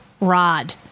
rod